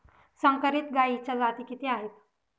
संकरित गायीच्या जाती किती आहेत?